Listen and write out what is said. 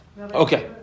Okay